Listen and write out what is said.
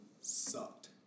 sucked